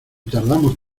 tardamos